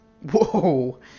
whoa